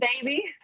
baby